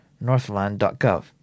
northland.gov